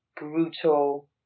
brutal